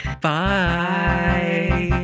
bye